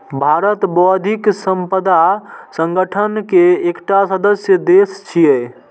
भारत बौद्धिक संपदा संगठन के एकटा सदस्य देश छियै